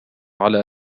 على